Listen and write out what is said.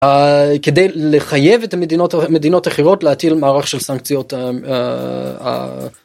כדי לחייב את המדינות מדינות אחרות להטיל מערך של סנקציות.